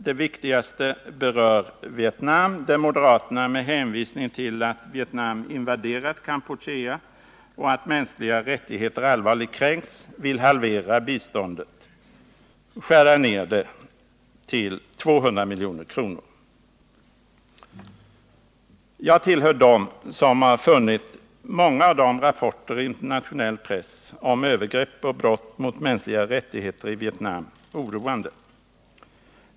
Den viktigaste berör Vietnam, där moderaterna med hänvisning till att Vietnam invaderat Kampuchea och att de mänskliga rättigheterna allvarligt kränkts vill halvera biståndet, dvs. skära ned landramen till 200 milj.kr. 7 Jag tillhör dem som har funnit många av rapporterna i internationell press om övergrepp och brott mot mänskliga rättigheter i Vietnam oroande.